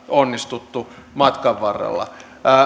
onnistuttu matkan varrella